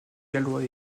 gallois